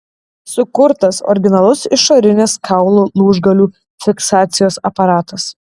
sukurtas originalus išorinės kaulų lūžgalių fiksacijos aparatas